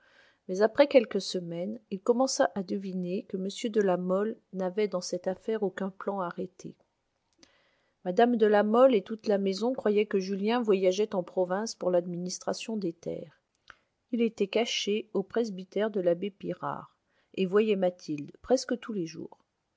mais après quelques semaines il commença à deviner que m de la mole n'avait dans cette affaire aucun plan arrêté mme de la mole et toute la maison croyaient que julien voyageait en province pour l'administration des terres il était caché au presbytère de l'abbé pirard et voyait mathilde presque tous les jours